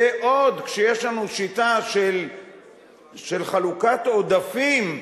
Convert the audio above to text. ועוד, כשיש לנו שיטה של חלוקת עודפים,